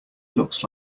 looks